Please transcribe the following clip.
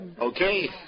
Okay